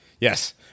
yes